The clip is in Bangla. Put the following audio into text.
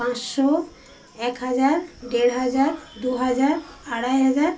পাঁচশো এক হাজার দেড় হাজার দু হাজার আড়াই হাজার